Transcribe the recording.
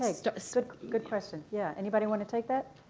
like so so good question. yeah anybody want to take that?